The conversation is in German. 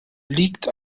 liegt